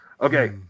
Okay